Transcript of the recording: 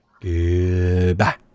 Goodbye